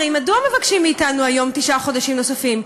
הרי מדוע מבקשים מאתנו היום תשעה חודשים נוספים?